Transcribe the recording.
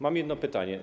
Mam jedno pytanie.